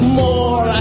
more